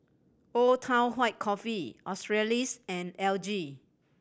Old Town White Coffee Australis and L G